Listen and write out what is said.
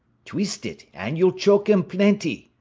twist it, an' you'll choke m plentee,